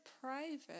private